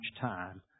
time